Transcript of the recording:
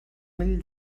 mil